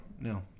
no